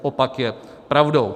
Opak je pravdou.